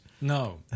No